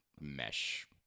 mesh